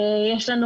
יש לנו